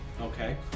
Okay